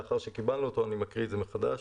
לאחר שקיבלנו אותו אני מקריא את זה מחדש: